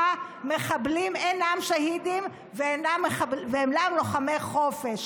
מחבלים אינם שהידים ואינם לוחמי חופש,